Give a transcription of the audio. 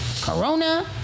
corona